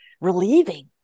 relieving